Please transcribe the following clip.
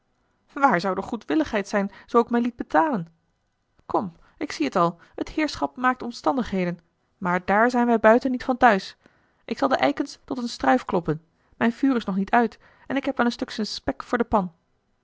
waar zou de goedwilligheid zijn zoo ik me liet betalen kom ik zie t al het heerschap maakt omstandigheden maar daar zijn wij buiten niet van thuis ik zal de eikens tot eene struif kloppen mijn vuur is nog niet uit en ik heb wel een stuksken spek voor de pan